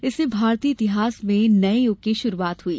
इससे भारतीय इतिहास में नये युग की शुरूआत हुई